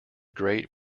great